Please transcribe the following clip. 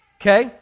Okay